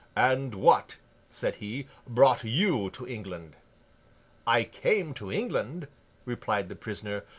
and what said he, brought you to england i came to england replied the prisoner,